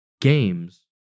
games